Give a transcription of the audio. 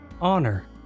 Honor